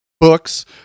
books